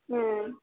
ಹೂಂ